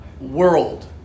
world